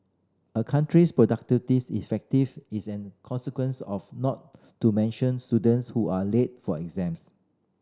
a country's productivity is effective is an consequence not to mention students who are late for exams